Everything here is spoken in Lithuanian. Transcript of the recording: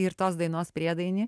ir tos dainos priedainį